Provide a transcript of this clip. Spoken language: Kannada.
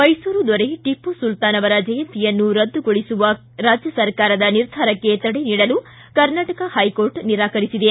ಮೈಸೂರು ದೊರೆ ಟಪ್ಪು ಸುಲ್ತಾನ್ ಅವರ ಜಯಂತಿಯನ್ನು ರದ್ದುಗೊಳಿಸುವ ರಾಜ್ಯ ಸರ್ಕಾರದ ನಿರ್ಧಾರಕ್ಕೆ ತಡೆ ನೀಡಲು ಕರ್ನಾಟಕ ಹೈಕೋರ್ಟ್ ನಿರಾಕರಿಸಿದೆ